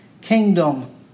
Kingdom